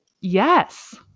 Yes